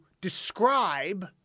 describe